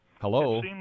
hello